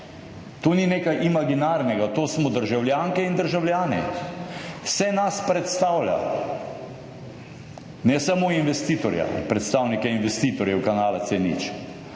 to ni nekaj imaginarnega, to smo državljanke in državljani, vse nas predstavlja, ne samo investitorja, predstavnike investitorjev, kanala C0,